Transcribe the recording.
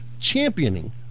championing